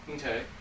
Okay